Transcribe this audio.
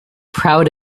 proud